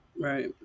Right